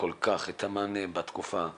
כל כך את המענה בתקופה הנוכחית,